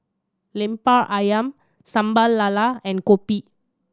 Lemper Ayam Sambal Lala and kopi